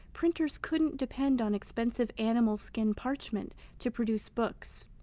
printers couldn't depend on expensive animal skin parchment to produce books.